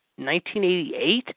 1988